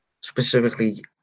specifically